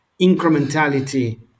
incrementality